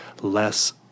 less